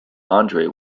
andre